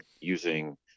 using